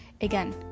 again